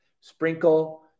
sprinkle